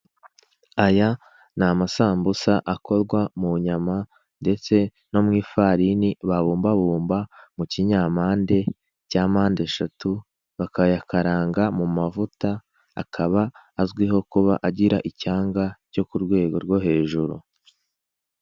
Aya ni amasambusa akorwa mu nyama ndetse no mu ifarini babumbabumba mu kinyampande cya mpande eshatu, bakayakaranga mu mavuta; akaba azwiho kuba agira icyanga cyo ku rwego rwo hejuru.